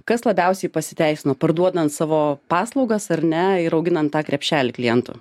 kas labiausiai pasiteisino parduodant savo paslaugas ar ne ir auginant tą krepšelį klientų